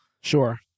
Sure